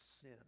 sin